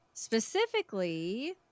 Specifically